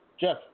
Jeff